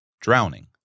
drowning